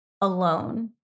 alone